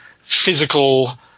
physical